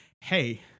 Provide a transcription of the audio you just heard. hey